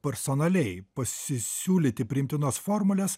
personaliai pasisiūlyti priimtinos formulės